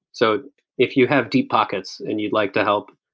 so if you have deep pockets and you'd like to help,